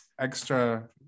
extra